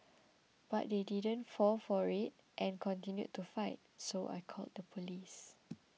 but they didn't fall for it and continued to fight so I called the police